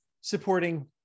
supporting